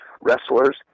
wrestlers